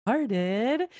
Started